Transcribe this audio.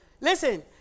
listen